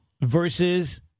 versus